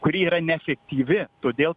kuri yra neefektyvi todėl